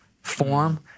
form